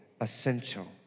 essential